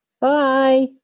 Bye